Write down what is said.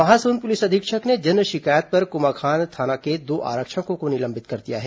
Mahasamund police अधीक्षक ने जन शिकायत पर कोमाखान थाना के दो आरक्षकों को निलंबित कर दिया है